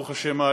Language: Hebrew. ברוך השם,